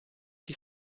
die